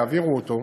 יעבירו אותו.